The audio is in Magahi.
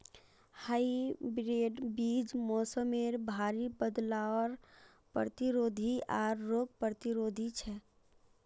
हाइब्रिड बीज मोसमेर भरी बदलावर प्रतिरोधी आर रोग प्रतिरोधी छे